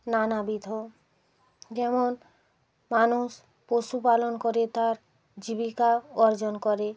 নানাবিধ যেমন মানুষ পশুপালন করে তার জীবিকা অর্জন করে